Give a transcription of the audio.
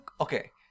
Okay